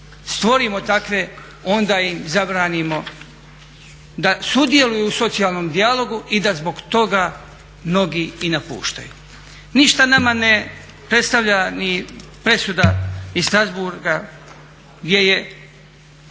stvorimo takve onda im zabranimo da sudjeluju u socijalnom dijalogu i da zbog toga mnogi i napuštaju. Ništa nama ne predstavlja ni presuda iz Strasbourga gdje je